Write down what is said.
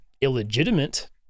illegitimate